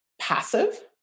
passive